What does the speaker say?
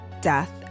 Death